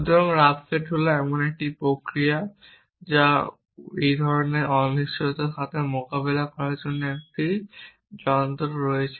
সুতরাং rough set হল এমন একটি প্রক্রিয়া যা এই ধরণের অনিশ্চয়তার সাথে মোকাবিলা করার জন্য একটি যন্ত্র হয়েছে